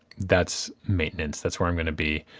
that's maintenance. that's where i'm gonna be.